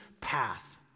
path